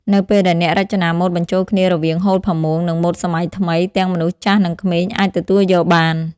នៅពេលដែលអ្នករចនាម៉ូដបញ្ចូលគ្នារវាង ហូល ផាមួង និងម៉ូដសម័យថ្មី ទាំងមនុស្សចាស់និងក្មេងអាចទទួលយកបាន។